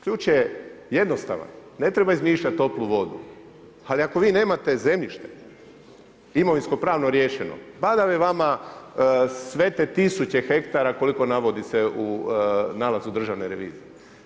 Ključ je jednostavan, ne treba izmišljati toplu vodu, ali ako vi nemate zemljište imovinsko-pravno riješeno, badava vama sve te tisuće hektara koliko se navodi se u nalazu Državne revizije.